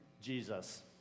Jesus